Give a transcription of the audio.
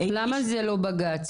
למה זה לא בג"ץ?